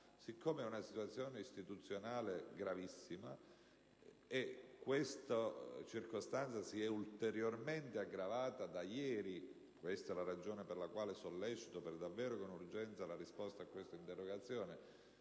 di una situazione istituzionale gravissima e questa circostanza da ieri si è ulteriormente aggravata. Questa è la ragione per la quale sollecito davvero con urgenza una risposta alla mia interrogazione.